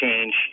change